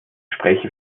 spreche